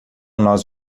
nós